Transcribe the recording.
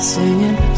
Singing